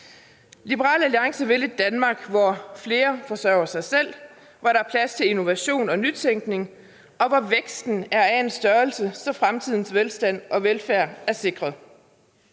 Liberal Alliance vil et Danmark, hvor flere forsørger sig selv; hvor der er plads til innovation og nytænkning; hvor væksten er af en størrelse, så fremtidens velstand og velfærd er sikret;